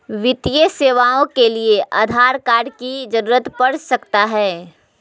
वित्तीय सेवाओं के लिए आधार कार्ड की जरूरत पड़ सकता है?